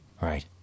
Right